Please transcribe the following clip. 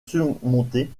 surmontées